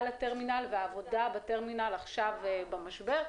לטרמינל והעבודה בטרמינל בזמן המשבר.